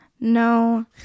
No